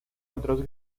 otros